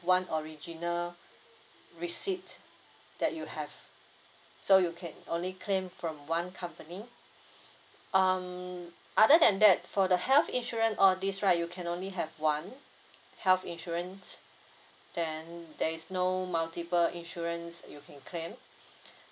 one original receipt that you have so you can only claim from one company um other than that for the health insurance all these right you can only have one health insurance then there is no multiple insurance you can claim